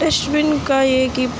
dust bin کا یہ ہے کہ